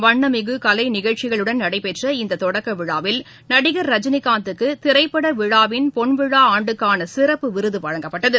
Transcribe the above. வண்ணமிகு கலை நிகழ்ச்சிகளுடன் நடைபெற்ற இந்த தொடக்க விழாவில் நடிகர் ரஜினிகாந்துக்கு திரைப்பட விழாவின் பொன்விழா ஆண்டுக்கான சிறப்பு விருது வழங்கப்பட்டது